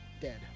dead